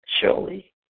Surely